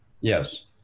Yes